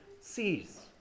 sees